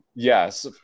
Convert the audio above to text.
Yes